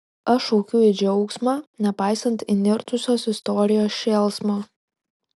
aš šaukiu į džiaugsmą nepaisant įnirtusios istorijos šėlsmo